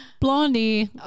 blondie